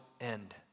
end